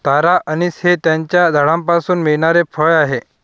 तारा anise हे त्याच्या झाडापासून मिळणारे फळ आहे